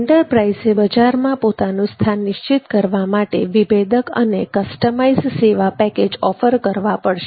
એન્ટરપ્રાઇઝે બજારમાં પોતાનું સ્થાન નિશ્ચિત કરવા માટે વિભેદક અને કસ્ટમાઇઝડ સેવા પેકેજ ઓફર કરવા પડશે